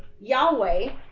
Yahweh